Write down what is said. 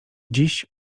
dziś